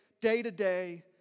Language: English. day-to-day